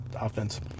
offense